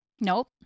Nope